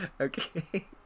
Okay